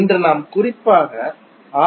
இன்று நாம் குறிப்பாக ஆர்